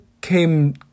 came